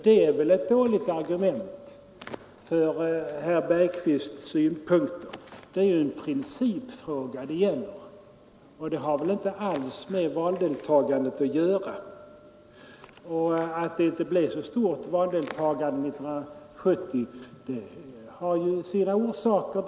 Det är väl ett dåligt argument för herr Bergqvists synpunkter. Det är ju en principfråga det gäller, och den har inte alls med valdeltagandet att göra. Att det inte blev så stort valdeltagande 1970 har också sina orsaker.